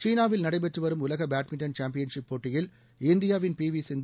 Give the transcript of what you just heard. சீனாவில் நடைபெற்றுவரும் உலக பேட்மின்டன் சாம்பியன்ஷிப் போட்டியில் இந்தியாவின் பி வி சிந்து